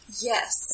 Yes